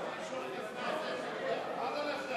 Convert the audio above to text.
מה זה "לשבת"?